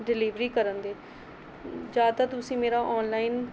delivery ਕਰਨ ਦੇ ਜਾਂ ਤਾਂ ਤੁਸੀਂ ਮੇਰਾ ਔਨਲਾਈਨ